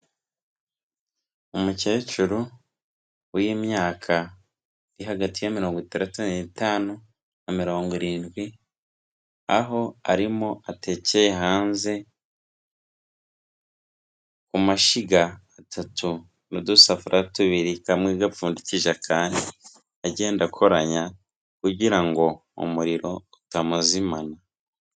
Umukecuru w'imyaka, iri hagati ya mirongo itandatu n'itanu, na mirongo irindwi, aho arimo atekeye hanze, ku mashyiga atatu udusafuriya tubiri kamwe igapfundikije kandi, agenda akoranya, kugira ngo umuriro utamuzimana.